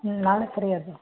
ಹ್ಞೂ ನಾಳೆ ಫ್ರೀ ಅದೆ